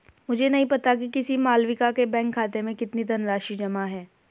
मुझे नही पता कि किसी मालविका के बैंक खाते में कितनी धनराशि जमा है